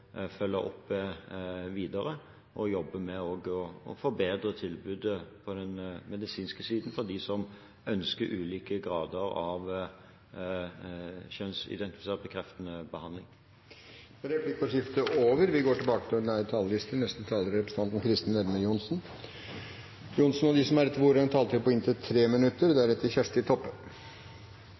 følge opp videre, og også jobbe med å forbedre tilbudet på den medisinske siden for dem som ønsker ulike grader av kjønnsidentitetsbekreftende behandling. Replikkordskiftet er omme. De talere som heretter får ordet, har en taletid på inntil 3 minutter.